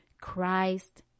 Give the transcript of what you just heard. Christ